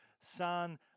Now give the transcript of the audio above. san